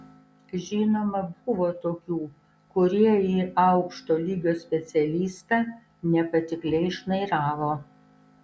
žinoma buvo tokių kurie į aukšto lygio specialistą nepatikliai šnairavo